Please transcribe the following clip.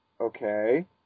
Okay